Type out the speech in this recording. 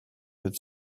with